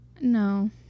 No